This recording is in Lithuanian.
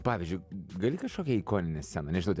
pavyzdžiui gali kažkokią ikoninė sceną nežinau ten